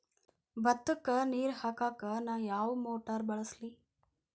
ಭತ್ತಕ್ಕ ನೇರ ಹಾಕಾಕ್ ನಾ ಯಾವ್ ಮೋಟರ್ ಬಳಸ್ಲಿ?